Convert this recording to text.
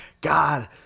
God